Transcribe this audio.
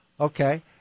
okay